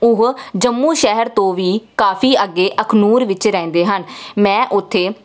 ਉਹ ਜੰਮੂ ਸ਼ਹਿਰ ਤੋਂ ਵੀ ਕਾਫੀ ਅੱਗੇ ਅਕਨੂਰ ਵਿੱਚ ਰਹਿੰਦੇ ਹਨ ਮੈਂ ਉੱਥੇ